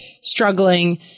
struggling